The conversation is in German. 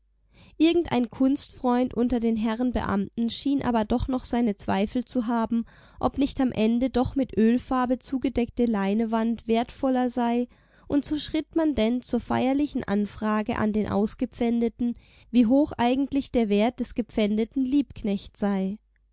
irgendein kunstfreund unter den herren beamten schien aber doch noch seine zweifel zu haben ob nicht am ende doch mit ölfarbe zugedeckte leinewand wertvoller sei und so schritt man denn zur feierlichen anfrage an den ausgepfändeten wie hoch eigentlich der wert des gepfändeten liebknecht sei